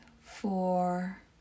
four